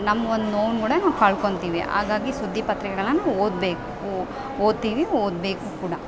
ನಮ್ಮ ಒಂದು ನೋವು ಕೂಡ ನಾವು ಕಳ್ಕೊಳ್ತೀವಿ ಹಾಗಾಗಿ ಸುದ್ದಿ ಪತ್ರಿಕೆಗಳನ್ನ ಓದಬೇಕು ಓದ್ತೀವಿ ಓದಬೇಕು ಕೂಡ